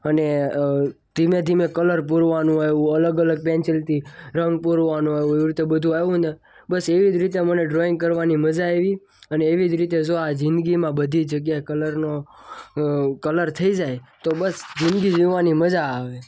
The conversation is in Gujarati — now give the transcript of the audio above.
અને ધીમે ધીમે કલર પૂરવાનું આવ્યું અલગ અલગ પેન્સિલથી રંગ પૂરવાનું આવ્યું તે બધું આવ્યુંને બસ એવી જ રીતે મને ડ્રોઈંગ કરવાની મજા આવી અને એવી જ રીતે જો આ જિંદગીમાં બધી જગ્યાએ કલરનો કલર થઈ જાય તો બસ જિંદગી જીવવાની મજા આવે